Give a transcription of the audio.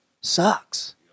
sucks